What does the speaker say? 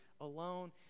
alone